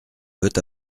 veut